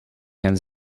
gaan